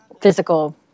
physical